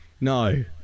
No